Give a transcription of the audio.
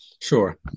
Sure